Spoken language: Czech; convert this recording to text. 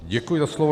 Děkuji za slovo.